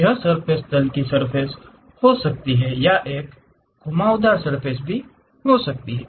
यह सर्फ़ेस तल की सर्फ़ेस हो सकती है या यह एक घुमावदार सर्फ़ेस हो सकती है